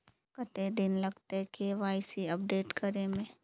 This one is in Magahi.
कते दिन लगते के.वाई.सी अपडेट करे में?